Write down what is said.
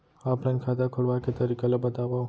Offline खाता खोलवाय के तरीका ल बतावव?